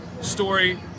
story